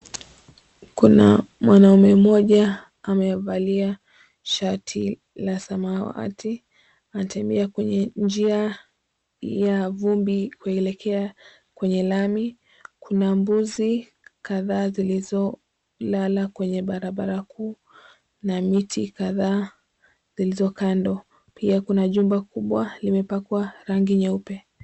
Kuna mwanaume mmoja amevalia shati la samawati anatembea kwenye njia ya vumbi kuelekea kwenye lami. Kuna mbuzi kadhaa zilizolala kwenye barabara kuu na miti kadhaa zilizo kando. Pia kuna jumba kubwa limepakwa rangi nyeupe.